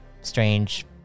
strange